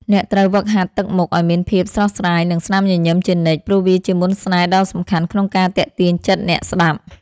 អ្នកត្រូវហ្វឹកហាត់ទឹកមុខឱ្យមានភាពស្រស់ស្រាយ និងស្នាមញញឹមជានិច្ច ព្រោះវាជាមន្តស្នេហ៍ដ៏សំខាន់ក្នុងការទាក់ទាញចិត្តអ្នកស្ដាប់។